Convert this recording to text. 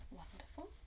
wonderful